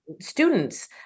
students